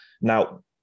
Now